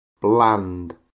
bland